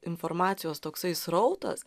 informacijos toksai srautas